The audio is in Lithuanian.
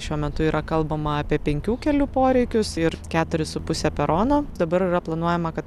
šiuo metu yra kalbama apie penkių kelių poreikius ir keturis su puse perono dabar yra planuojama kad